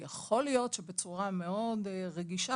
יכול להיות שבצורה מאוד רגישה,